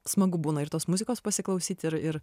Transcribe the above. smagu būna ir tos muzikos pasiklausyti ir ir